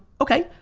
okay,